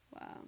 Wow